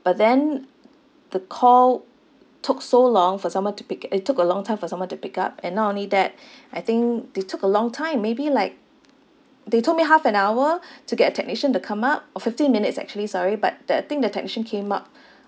but then the call took so long for someone to pick it it took a long time for someone to pick up and not only that I think they took a long time maybe like they told me half an hour to get a technician to come up orh fifteen minutes actually sorry but the I think the technician came up